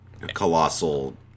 colossal